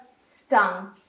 stung